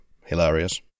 hilarious